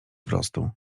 prostu